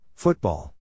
Football